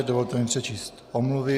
Dovolte mi přečíst omluvy.